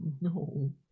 no